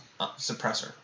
suppressor